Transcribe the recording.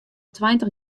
tweintich